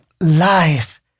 life